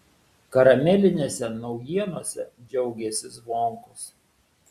karamelinėse naujienose džiaugėsi zvonkus